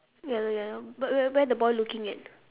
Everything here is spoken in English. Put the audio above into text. yellow yellow but where where the boy looking at